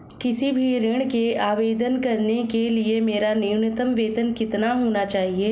किसी भी ऋण के आवेदन करने के लिए मेरा न्यूनतम वेतन कितना होना चाहिए?